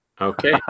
Okay